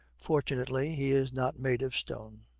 fortunately he is not made of stone.